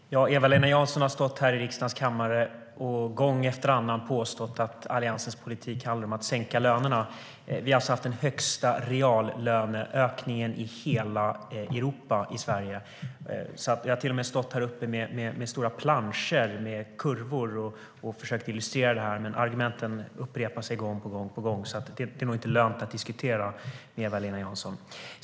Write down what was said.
Herr talman! Eva-Lena Jansson har stått här i riksdagens kammare och gång efter annan påstått att Alliansens politik handlar om att sänka lönerna. Vi har haft den högsta reallöneökningen i hela Europa i Sverige. Vi har till och med stått här uppe med stora planscher med kurvor och försökt illustrera det. Men argumenten upprepar sig gång på gång, så det är nog inte lönt att diskutera med Eva-Lena Jansson.